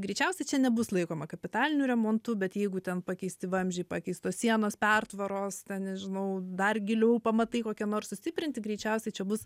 greičiausiai čia nebus laikoma kapitaliniu remontu bet jeigu ten pakeisti vamzdžiai pakeistos sienos pertvaros nežinau dar giliau pamatai kokie nors sustiprinti greičiausiai čia bus